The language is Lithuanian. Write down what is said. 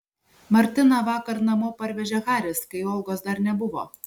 martiną vakar namo parvežė haris kai olgos dar nebuvo